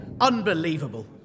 Unbelievable